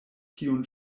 tiun